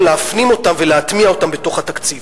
להפנים אותן ולהטמיע אותן בתוך התקציב.